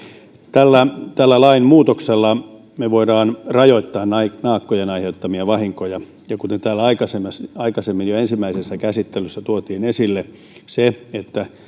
tällä lainmuutoksella me voimme rajoittaa naakkojen aiheuttamia vahinkoja kuten täällä aikaisemmin jo ensimmäisessä käsittelyssä tuotiin esille